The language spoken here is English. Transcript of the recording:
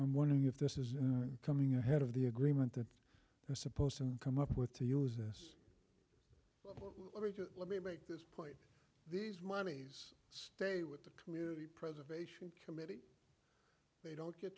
i'm wondering if this is coming ahead of the agreement that they're supposed to come up with to use this let me just let me make this point these monies stay with the community preservation committee they don't get